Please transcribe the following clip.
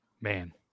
Man